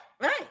right